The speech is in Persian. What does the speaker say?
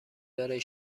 برای